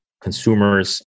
consumers